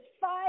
five